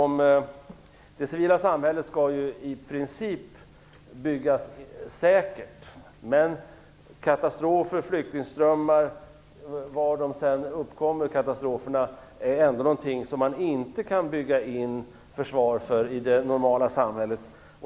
Det civila samhället skall ju i princip byggas säkert, men flyktingströmmar och katastrofer, var de än uppkommer, är sådant som man inte kan bygga in ett försvar för i det normala samhället.